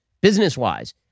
business-wise